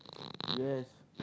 yes